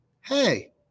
Hey